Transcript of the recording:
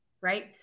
right